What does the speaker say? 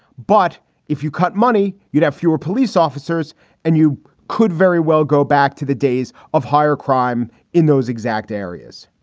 but if you cut money, you'd have fewer police officers and you could very well go back to the days of higher crime those exact areas.